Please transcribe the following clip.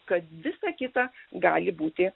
kad visa kita gali būti